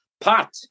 Pot